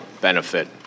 benefit